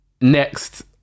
Next